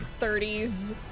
30s